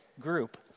group